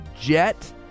Jet